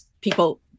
people